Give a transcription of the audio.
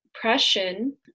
Depression